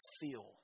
feel